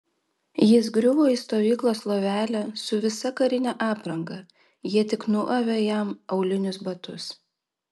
jis griuvo į stovyklos lovelę su visa karine apranga jie tik nuavė jam aulinius batus